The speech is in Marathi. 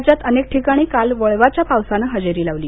राज्यात अनेक ठिकाणी काल वळवाच्या पावसानं हजेरी लावली